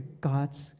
God's